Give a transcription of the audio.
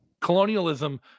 colonialism